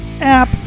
app